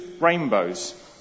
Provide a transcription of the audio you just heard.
rainbows